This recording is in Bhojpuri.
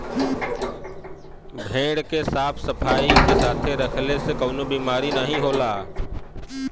भेड़ के साफ सफाई के साथे रखले से कउनो बिमारी नाहीं होला